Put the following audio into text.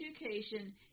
education